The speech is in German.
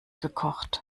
gekocht